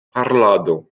parolado